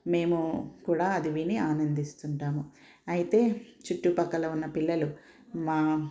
మేము కూడా అది విని ఆనందిస్తుంటాము అయితే చుట్టుపక్కల ఉన్న పిల్లలు మా